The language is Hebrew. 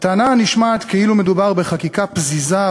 הטענה הנשמעת כאילו מדובר בחקיקה פזיזה,